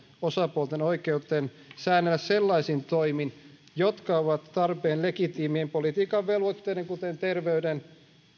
osapuolten oikeuteen säännellä sellaisin toimin jotka ovat tarpeen legitiimien politiikan velvoitteiden kuten terveyden